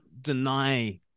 deny